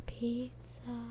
pizza